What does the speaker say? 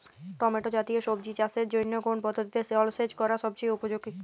Tomato জাতীয় সবজি চাষের জন্য কোন পদ্ধতিতে জলসেচ করা সবচেয়ে উপযোগী?